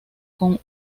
con